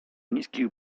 niskich